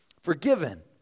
Forgiven